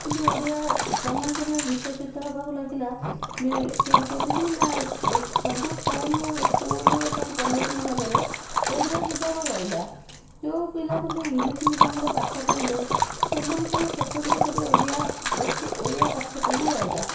କିନ୍ତୁ ଓଡ଼ିଆ ସମୟକ୍ରମେ ବିକଶିତ ହେବାକୁ ଲାଗିଲା ବି କେ କେମିତି ନା ସବୁ ସ୍କୁଲ ସ୍କୁଲ ଏବଂ କଲେଜମାନଙ୍କରେ ଓଡ଼ିଆ ବିଭାଗ ରହିଲା ଯେଉଁ ପିଲାମାନେ ଇଲିଂଶ୍ ମିଡ଼ିୟମରେ ପାଠ ପଢ଼ିଲେ ସେମାନଙ୍କର ସ୍ଵତନ୍ତ୍ର ଗୋଟିଏ ଓଡ଼ିଆ ଓଡ଼ିଆ ପାଠ୍ୟକ୍ରମ ରହିଲା